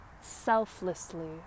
selflessly